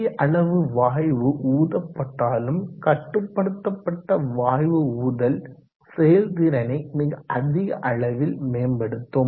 சிறிய அளவு வாயு ஊதப்பட்டாலும் கட்டுப்படுத்தபட்ட வாயு ஊதல் செயல்திறனை மிக அதிக அளவில் மேம்படுத்தும்